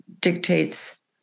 dictates